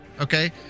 Okay